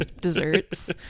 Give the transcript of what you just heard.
desserts